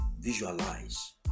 visualize